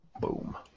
Boom